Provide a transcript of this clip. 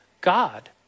God